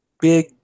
big